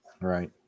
Right